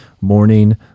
morning